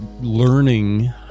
learning